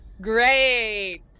Great